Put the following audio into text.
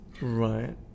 right